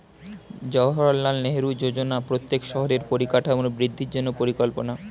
জাওহারলাল নেহেরু যোজনা প্রত্যেক শহরের পরিকাঠামোর বৃদ্ধির জন্য পরিকল্পনা